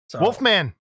Wolfman